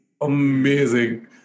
Amazing